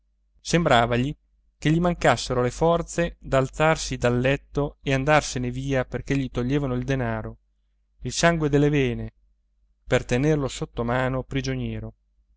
più muoversi sembravagli che gli mancassero le forze d'alzarsi dal letto e andarsene via perché gli toglievano il denaro il sangue delle vene per tenerlo sottomano prigioniero